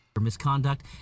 Misconduct